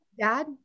dad